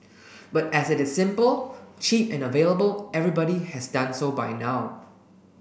but as it is simple cheap and available everybody has done so by now